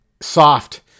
soft